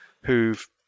who've